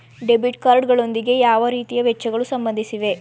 Debit card ಗಳೊಂದಿಗೆ ಯಾವ ರೀತಿಯ ವೆಚ್ಚಗಳು ಸಂಬಂಧಿಸಿವೆ?